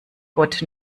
gott